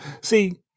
See